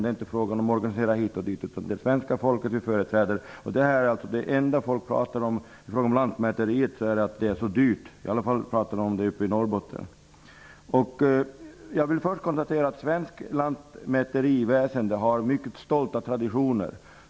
Det är inte fråga om att organisera hit eller dit, utan det är alltså svenska folket som vi företräder. Det enda man pratar om, i alla fall är det så i Norrbotten, är att det är så dyrt med Lantmäteriets tjänster. Svenskt lantmäteriväsende har mycket stolta traditioner.